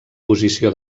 posició